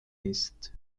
ist